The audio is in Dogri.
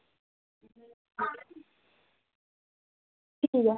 ठीक ऐ